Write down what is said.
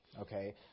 Okay